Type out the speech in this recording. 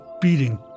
beating